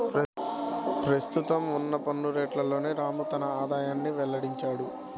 ప్రస్తుతం ఉన్న పన్ను రేట్లలోనే రాము తన ఆదాయాన్ని వెల్లడించాడు